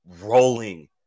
rolling